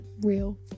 real